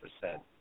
percent